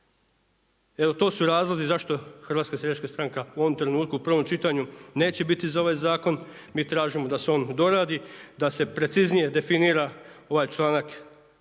Evo to su razlozi zašto HSS u ovom trenutku u prvom čitanju neće biti za ovaj zakon. Mi tražimo da se on doradi, da se preciznije definira ovaj članak